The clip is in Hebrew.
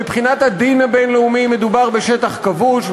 מבחינת הדין הבין-לאומי מדובר בשטח כבוש.